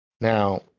Now